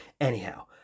Anyhow